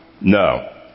No